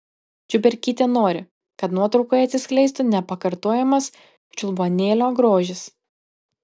čiuberkytė nori kad nuotraukoje atsiskleistų nepakartojamas čiulbuonėlio grožis